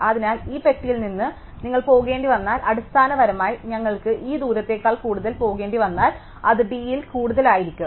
അതിനാൽ ഈ പെട്ടിയിൽ നിന്ന് നിങ്ങൾ പോകേണ്ടിവന്നാൽ അടിസ്ഥാനപരമായി ഞങ്ങൾക്ക് ഈ ദൂരത്തേക്കാൾ കൂടുതൽ പോകേണ്ടിവന്നാൽ അത് d യിൽ കൂടുതൽ ആയിരിക്കും